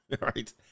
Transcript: Right